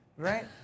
Right